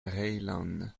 reillanne